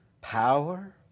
Power